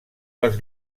les